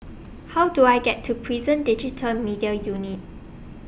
How Do I get to Prison Digital Media Unit